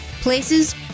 places